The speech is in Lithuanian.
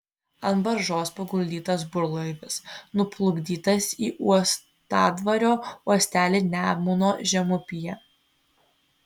ant baržos paguldytas burlaivis nuplukdytas į uostadvario uostelį nemuno žemupyje